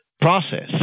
process